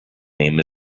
name